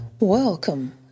welcome